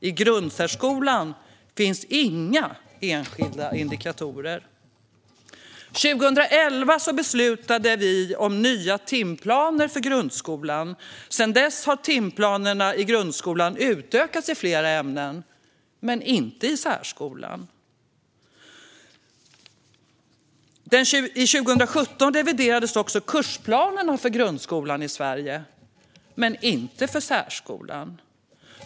I grundsärskolan finns inga enskilda indikatorer. År 2011 beslutade vi om nya timplaner för grundskolan. Sedan dess har timplanerna i grundskolan utökats i flera ämnen men inte i särskolan. År 2017 reviderades också kursplanerna för grundskolan i Sverige men inte för särskolan.